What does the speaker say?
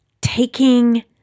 taking